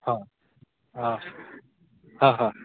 ହଁ ହଁ ହଁ ହଁ